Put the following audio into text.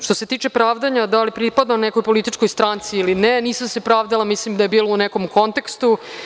Što se tiče pravdanja da li pripadam nekoj političkoj stranci ili ne, nisam se pravdala, mislim da je bilo u nekom kontekstu.